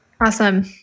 Awesome